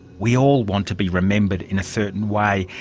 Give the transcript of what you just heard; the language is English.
we all want to be remembered in a certain way.